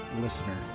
listener